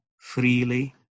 freely